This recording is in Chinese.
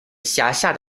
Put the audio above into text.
辖下